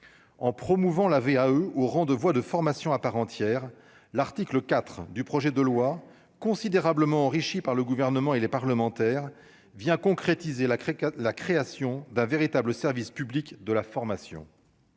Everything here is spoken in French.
en promouvant la VAE au rang de voies de formation à part entière, l'article 4 du projet de loi considérablement enrichi par le gouvernement et les parlementaires vient concrétiser la crique à la création d'un véritable service public de la formation,